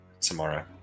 Tomorrow